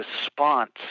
response